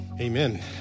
Amen